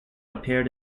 appeared